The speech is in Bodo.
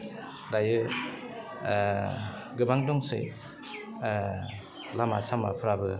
दायो गोबां दंसै लामा सामाफ्राबो